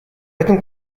этом